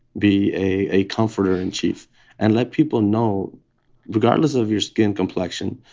be a comforter in chief and let people know regardless of your skin complexion,